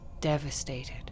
devastated